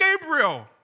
Gabriel